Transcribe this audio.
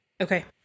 Okay